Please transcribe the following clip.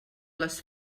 les